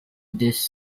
this